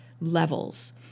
levels